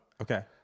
Okay